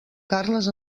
carles